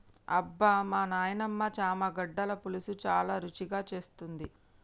అబ్బమా నాయినమ్మ చామగడ్డల పులుసు చాలా రుచిగా చేస్తుంది